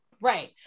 right